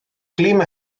clima